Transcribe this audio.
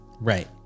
Right